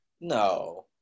No